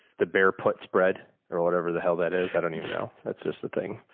the bear put spread. or whatever the hell that is. i don't even know. that's just the thing.